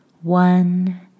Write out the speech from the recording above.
one